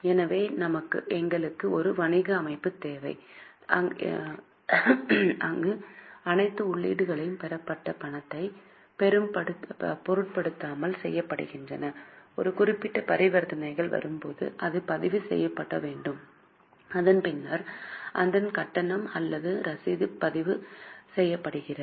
எனவே எங்களுக்கு ஒரு வணிக அமைப்பு தேவை அங்கு அனைத்து உள்ளீடுகளும் பெறப்பட்ட பணத்தைப் பொருட்படுத்தாமல் செய்யப்படுகின்றன ஒரு குறிப்பிட்ட பரிவர்த்தனை வரும்போது அது பதிவு செய்யப்பட வேண்டும் அதன் பின்னர் அதன் கட்டணம் அல்லது ரசீது பதிவு செய்யப்படுகிறது